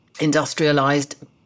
industrialized